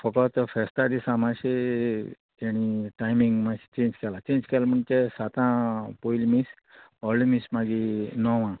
फकत फेस्ता दिसा मातशें तेणी टायमींग मातशें चेंज केलां चेंज केलां म्हणजे सातां पयलीं मीस व्होडली मिस मागी णवां